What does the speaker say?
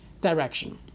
direction